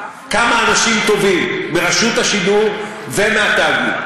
כמה אנשים טובים, מרשות השידור ומהתאגיד,